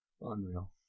Unreal